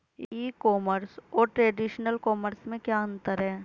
ई commerce और traditional commerce में क्या अंतर है?